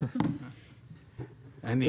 אני